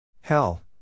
Hell